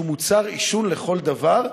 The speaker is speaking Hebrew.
שהוא מוצר עישון לכל דבר,